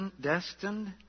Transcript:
destined